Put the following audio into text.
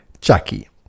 Jackie